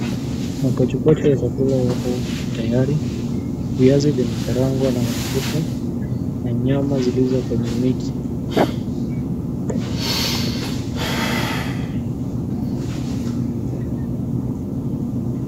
Mapochopocho ya chakula yako tayari, viazi vimekarangwa kwa mafuta na nyama zilizokwenye miti.